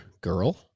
girl